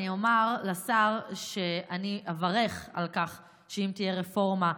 אני אומר לשר שאני אברך על כך שאם תהיה רפורמה,